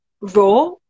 raw